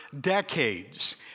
decades